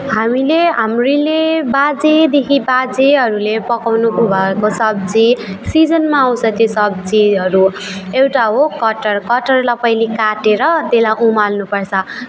हामीले हामीले बाजेदेखि बाजेहरूले पकाउनुको भएको सब्जी सिजनमा आउँछ त्यो सब्जीहरू एउटा हो कटहर कटहरलाई पहिले काटेर त्यसलाई उमाल्नुपर्छ